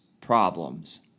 problems